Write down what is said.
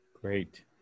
Great